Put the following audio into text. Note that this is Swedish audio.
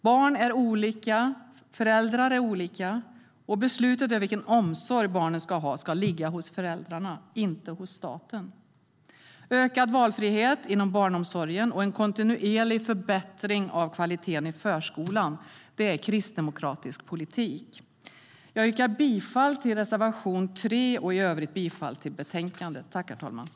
Barn är olika, föräldrar är olika, och beslutet om vilken omsorg barnen ska ha ska ligga hos föräldrarna, inte hos staten. Ökad valfrihet inom barnomsorgen och en kontinuerlig förbättring av kvaliteten i förskolan är kristdemokratisk politik.